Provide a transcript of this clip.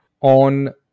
on